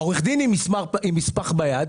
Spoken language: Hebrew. עורך הדין עם נספח ביד,